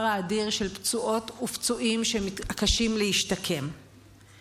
האדיר של פצועות ופצועים שמתקשים להשתקם,